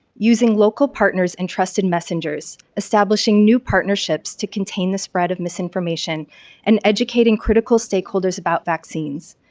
using local partners and trusted messengers, establishing new partnerships to contain the spread of misinformation and educating critical stakeholders about vaccines.